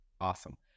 Awesome